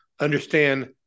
understand